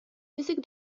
язик